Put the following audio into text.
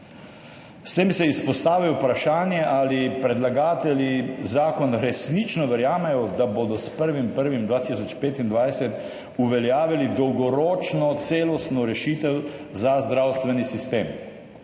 S tem se izpostavi vprašanje ali predlagatelji zakona resnično verjamejo, da bodo s 1. 1. 2025 uveljavili dolgoročno celostno rešitev za zdravstveni sistem.